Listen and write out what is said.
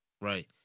Right